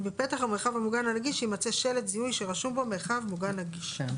ובפתח המרחב המוגן הנגיש יימצא שלט זיהוי שרשום בו "מרחב מוגן נגיש".